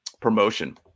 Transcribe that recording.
promotion